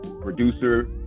producer